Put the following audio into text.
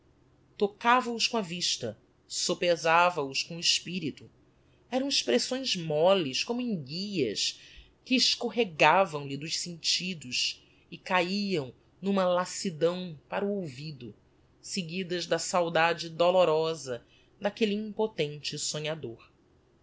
nervos tocava os com a vista sopesava os com o espirito eram expressões molles como enguias que escorregavam lhe dos sentidos e caíam n'uma laxidão para o olvido seguidas da saudade dolorosa d'aquelle impotente sonhador